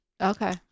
Okay